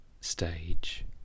stage